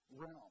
realm